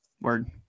Word